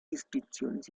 inscripciones